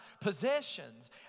possessions